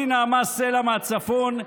עו"ד נעמה סלע מהצפון,